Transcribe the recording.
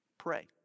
Pray